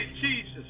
Jesus